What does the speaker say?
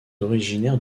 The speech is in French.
originaire